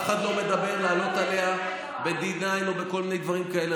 אף אחד לא מדבר לעלות עליה ב-D9 או בכל מיני דברים כאלה.